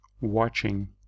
watching